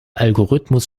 algorithmus